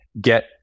get